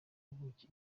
buki